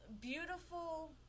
beautiful